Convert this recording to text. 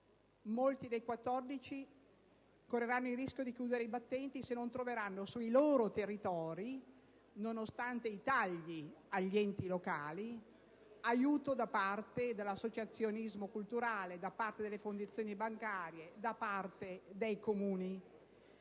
Molti dei 14 enti correranno il rischio di chiudere i battenti se non troveranno sui loro territori, nonostante i tagli agli enti locali, aiuto da parte dell'associazionismo culturale, da parte delle fondazioni bancarie, da parte dei Comuni.